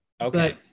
Okay